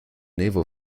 naval